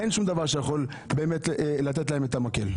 אין שום דבר שיכול לתת לנו את המקל.